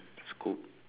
scoop